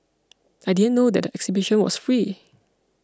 I didn't know that the exhibition was free